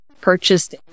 purchased